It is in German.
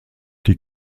die